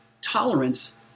tolerance